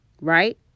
Right